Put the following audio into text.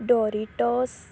Doritos